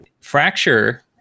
fracture